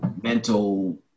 mental